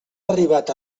arribat